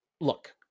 look